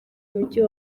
mujyi